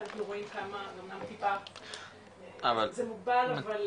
אנחנו רואים כמה זה מוגבל אבל,